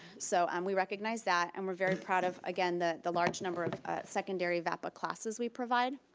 so and we recognize that, and we're very proud of again, the the large number of secondary vapa classes we provide.